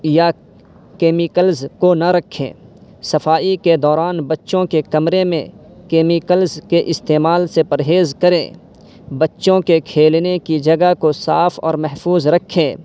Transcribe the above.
یا کیمیکلز کو نہ رکھیں صفائی کے دوران بچوں کے کمرے میں کیمیکلز کے استعمال سے پرہیز کریں بچوں کے کھیلنے کی جگہ کو صاف اور محفوظ رکھیں